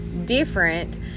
different